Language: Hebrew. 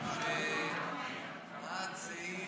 בעד, ארבעה,